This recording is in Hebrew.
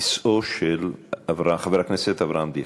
מכיסאו של חבר הכנסת אבי דיכטר.